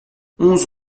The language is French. onze